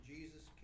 Jesus